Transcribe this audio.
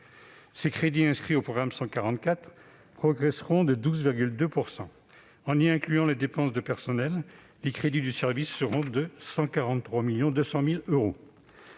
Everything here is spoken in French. Ses crédits inscrits dans le programme 144 progresseront de 12,2 %. En y incluant les dépenses de personnel, les crédits du service s'établiront à 143,2 millions d'euros.